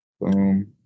Boom